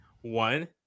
One